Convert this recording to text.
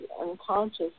unconscious